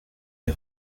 les